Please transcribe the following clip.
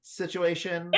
situation